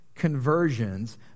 Conversions